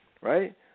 right